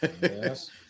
Yes